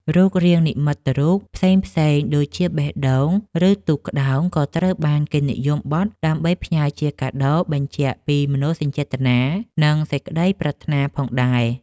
រូបរាងនិមិត្តរូបផ្សេងៗដូចជា បេះដូង ឬទូកក្ដោង ក៏ត្រូវបានគេនិយមបត់ដើម្បីផ្ញើជាកាដូបញ្ជាក់ពីមនោសញ្ចេតនា និងសេចក្ដីប្រាថ្នាផងដែរ។